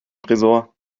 tresor